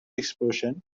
explosion